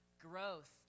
Growth